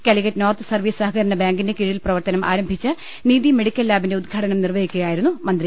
Calicut north service സഹകരണ ബാങ്കിന്റെ കീഴിൽ പ്രവർത്തനം ആരംഭിച്ച നീതി മെഡിക്കൽ ലാബിന്റെ ഉദ്ഘാടനം നിർവ ഹിക്കുകയായിരുന്നു മന്ത്രി